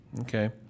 Okay